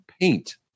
paint